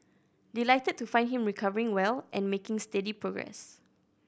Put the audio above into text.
delighted to find him recovering well and making steady progress